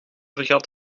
vergat